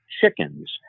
chickens